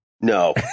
No